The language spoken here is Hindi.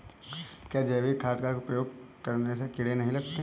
क्या जैविक खाद का उपयोग करने से कीड़े नहीं लगते हैं?